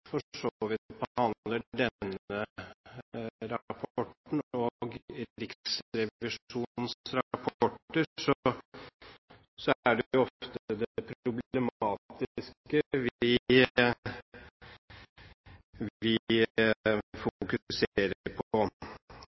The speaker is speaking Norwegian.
vi, for så vidt, behandler denne rapporten og Riksrevisjonens rapporter, så er det jo ofte det problematiske vi fokuserer på.